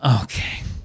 okay